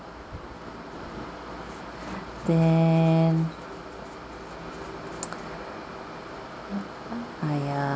then I uh